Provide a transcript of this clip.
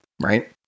Right